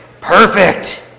perfect